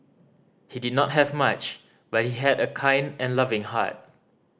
he did not have much but he had a kind and loving heart